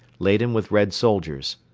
laden with red soldiers.